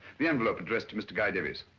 the envelope addressed to mr. guy davis.